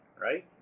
right